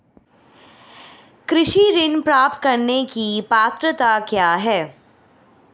कृषि ऋण प्राप्त करने की पात्रता क्या है?